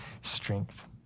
strength